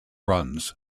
runs